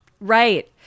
Right